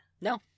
No